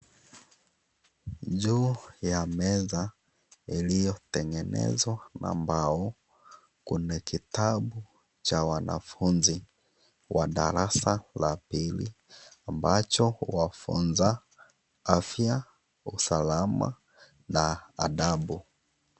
Juu ya meza iliyotengenezwa na mbao kuna kitabu cha wanafunzi wa darasa la pili , ambacho huwafunza afya , uslama na adabu.